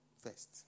first